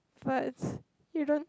but you don't